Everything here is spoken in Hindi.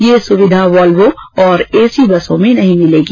ये सुविधा वॉल्वों और एसी बसों में नहीं मिलेगी